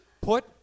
Put